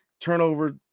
turnover